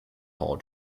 paul